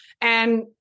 and-